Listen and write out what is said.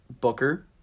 Booker